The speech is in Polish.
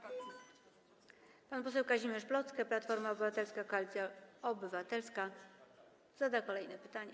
Pan poseł Kazimierz Plocke, Platforma Obywatelska - Koalicja Obywatelska, zada kolejne pytanie.